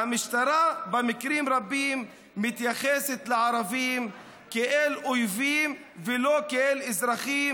והמשטרה במקרים רבים מתייחסת לערבים כאל אויבים ולא כאל אזרחים,